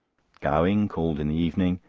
gowing called in the evening,